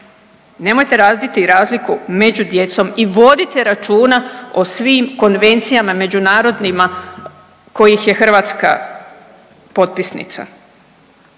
Nemojte raditi razliku među djecom i vodite računa o svim konvencijama međunarodnima kojih je Hrvatska potpisnica.